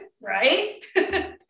right